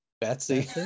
Betsy